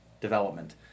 development